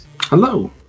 Hello